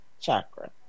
chakra